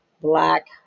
Black